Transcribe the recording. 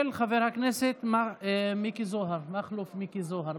של חבר הכנסת מכלוף מיקי זוהר.